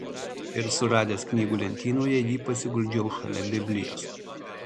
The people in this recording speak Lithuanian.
ir suradęs knygų lentynoje jį pasiguldžiau šalia biblijos